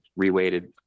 reweighted